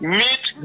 meet